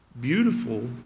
beautiful